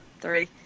three